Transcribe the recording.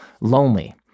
lonely